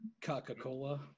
Coca-Cola